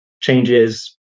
changes